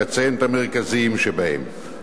ואציין את המרכזיים שבהם.